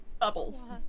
Bubbles